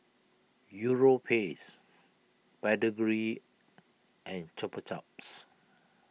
Europace Pedigree and Chupa Chups